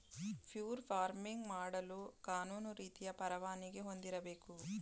fur farming ಮಾಡಲು ಕಾನೂನು ರೀತಿಯ ಪರವಾನಿಗೆ ಹೊಂದಿರಬೇಕು